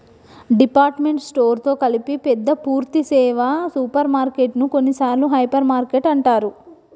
department store తో కలిపి పెద్ద పూర్థి సేవ సూపర్ మార్కెటు ను కొన్నిసార్లు హైపర్ మార్కెట్ అంటారు